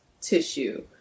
tissue